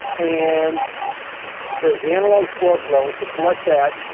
and there's the analog squelch level, so select that,